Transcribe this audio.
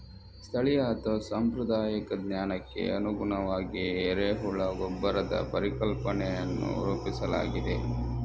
ಸ್ಥಳೀಯ ಅಥವಾ ಸಾಂಪ್ರದಾಯಿಕ ಜ್ಞಾನಕ್ಕೆ ಅನುಗುಣವಾಗಿ ಎರೆಹುಳ ಗೊಬ್ಬರದ ಪರಿಕಲ್ಪನೆಯನ್ನು ರೂಪಿಸಲಾಗಿದೆ